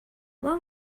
what